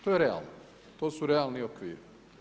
To je realno, to su realni okviri.